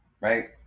right